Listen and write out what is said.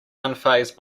unfazed